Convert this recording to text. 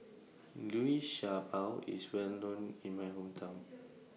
Liu Sha Bao IS Well known in My Hometown